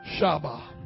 Shabbat